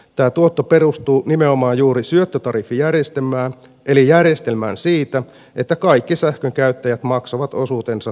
tämä tuotto perustuu nimenomaan juuri syöttötariffijärjestelmään eli järjestelmään siitä että kaikki sähkön käyttäjät maksavat osuutensa tuulivoimayhtiöille